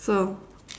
so